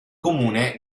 comune